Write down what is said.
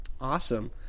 Awesome